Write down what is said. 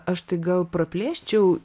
aš tai gal praplėsčiau